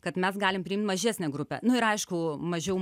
kad mes galim priimt mažesnę grupę nu ir aišku mažiau